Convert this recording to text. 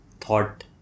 thought